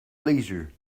leisure